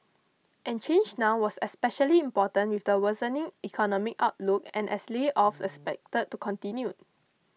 and change now was especially important with the worsening economic outlook and as layoffs expected to continued